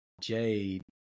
Jade